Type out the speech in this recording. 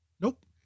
nope